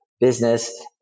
business